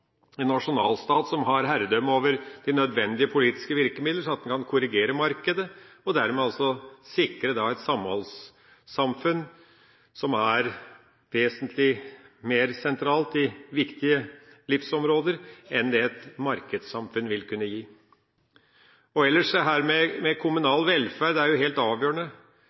en nasjonalstat som har herredømme over de nødvendige politiske virkemidler, sånn at man kan korrigere markedet og dermed sikre et samholdssamfunn som er vesentlig mer sentralt på viktige livsområder, enn det et markedssamfunn vil kunne være. Dette med kommunal velferd er jo helt avgjørende.